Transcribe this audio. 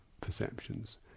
perceptions